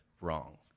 wrong